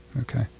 Okay